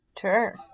Sure